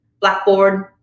Blackboard